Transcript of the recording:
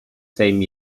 same